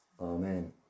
Amen